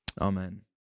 Amen